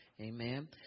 Amen